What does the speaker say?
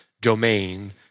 domain